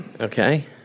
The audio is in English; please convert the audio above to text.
Okay